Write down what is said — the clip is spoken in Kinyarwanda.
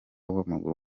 w’amaguru